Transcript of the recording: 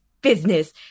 business